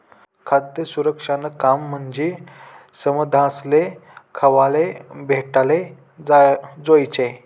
खाद्य सुरक्षानं काम म्हंजी समदासले खावाले भेटाले जोयजे